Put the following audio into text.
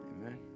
amen